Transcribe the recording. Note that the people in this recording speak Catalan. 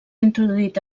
introduït